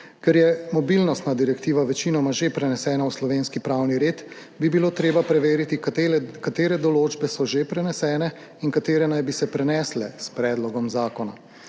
Ker je mobilnostna direktiva večinoma že prenesena v slovenski pravni red, bi bilo treba preveriti, katere določbe so že prenesene in katere naj bi se prenesle s predlogom zakona.